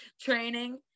training